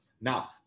Now